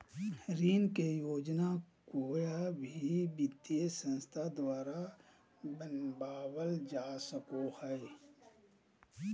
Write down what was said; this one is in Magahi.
ऋण के योजना कोय भी वित्तीय संस्था द्वारा बनावल जा सको हय